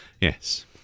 Yes